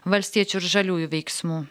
valstiečių ir žaliųjų veiksmų